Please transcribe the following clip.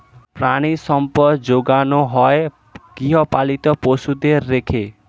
প্রাণিসম্পদ যোগানো হয় গৃহপালিত পশুদের রেখে